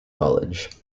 college